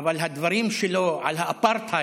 אבל הדברים שלו על האפרטהייד,